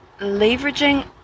leveraging